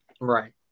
Right